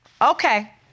Okay